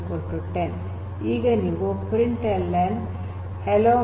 ನೀವು ಈಗ println "hello my name is name